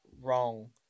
wrong